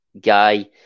guy